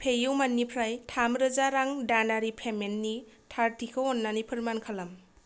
Pay इउमानि निफ्राय थाम रोजा रां दानारि पेमेन्टनि थारथिखौ अन्नानै फोरमान खालाम